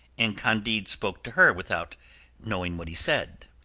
and candide spoke to her without knowing what he said.